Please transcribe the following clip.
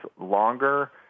longer